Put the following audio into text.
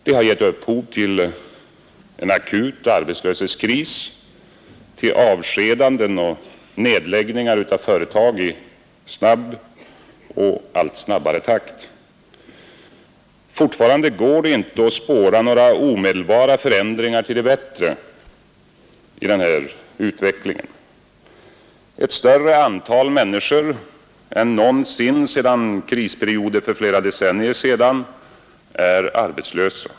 Det har gett upphov till en akut arbetslöshetskris, avskedanden och nedläggningar av företag i allt snabbare takt. Fortfarande går det inte att spåra några omedelbara förändringar till det bättre i denna utveckling. Ett större antal människor än någonsin sedan krisperioden för flera decennier sedan är arbetslösa.